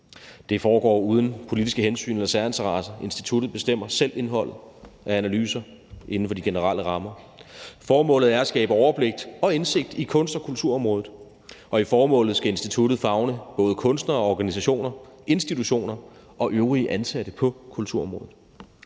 Det foregår uden politiske hensyn eller særinteresser; instituttet bestemmer selv indholdet af analyser inden for de generelle rammer. Formålet er at skabe overblik over og indsigt i kunst- og kulturområdet, og i formålet skal instituttet favne både kunstnere, organisationer, institutioner og øvrige ansatte på kulturområdet.